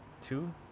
Two